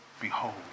behold